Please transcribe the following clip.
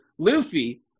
Luffy